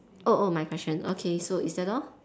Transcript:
oh oh my question okay so is that all